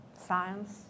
Science